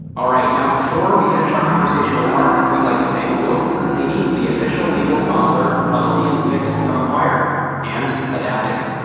all right. before we finish our conversation with mark, we'd like to thank wilson sonsini, the official legal sponsor of season six of acquired and adapting.